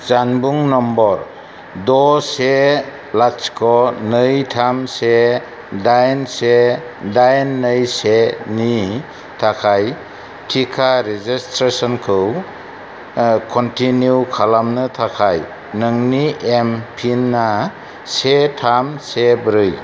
जानबुं नम्बर द' से लाथिख' नै थाम से दाइन से दाइन नै से नि थाखाय टिका रेजिसट्रेसनखौ कनटिनिउ खालामनो थाखाय नोंनि एम पिन आ से थाम से ब्रै